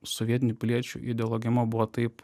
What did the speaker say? sovietinių piliečių ideologema buvo taip